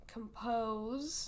Compose